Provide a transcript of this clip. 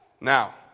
Now